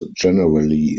generally